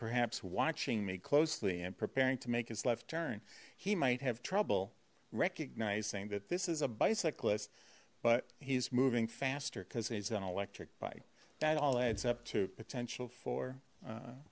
perhaps watching me closely and preparing to make his left turn he might have trouble recognizing that this is a bicyclist but he's moving faster because he's an electric bike that all adds up to potential for